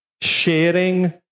sharing